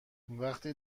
وقتی